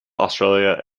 australia